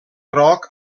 groc